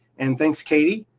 and thanks katie,